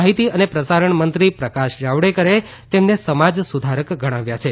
માહિતી અને પ્રસારણ મંત્રી પ્રકાશ જાવડેકરે તેમને સમાજ સુધારક ગણાવ્યા છે